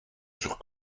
sur